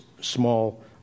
small